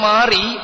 Mari